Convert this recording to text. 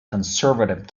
conservative